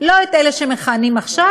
לא את אלה שמכהנים עכשיו,